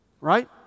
right